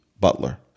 butler